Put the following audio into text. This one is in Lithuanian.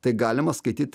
tai galima skaityt